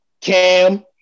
Cam